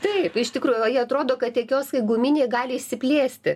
taip iš tikrųjų o jie atrodo kad tie kioskai guminiai gali išsiplėsti